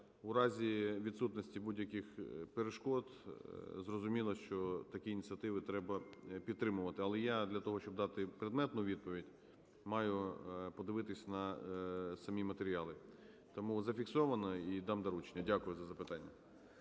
У разі відсутності будь-яких перешкод, зрозуміло, що такі ініціативи треба підтримувати. Але я для того, щоб дати предметну відповідь, маю подивитись на самі матеріали. Тому зафіксовано, і дам доручення. Дякую за запитання.